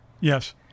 Yes